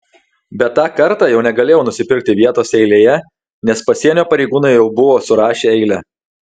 bet tą kartą jau negalėjau nusipirkti vietos eilėje nes pasienio pareigūnai jau buvo surašę eilę